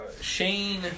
Shane